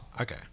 okay